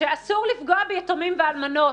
שאסור לפגוע ביתומים ובאלמנות.